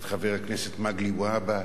את חבר הכנסת מגלי והבה,